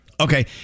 Okay